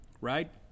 Right